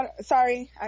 Sorry